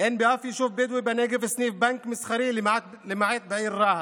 אין בשום יישוב בדואי בנגב סניף בנק מסחרי למעט בעיר רהט.